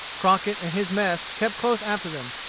crockett and his mess kept close after them,